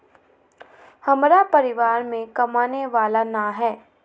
हमरा परिवार में कमाने वाला ना है?